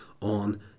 on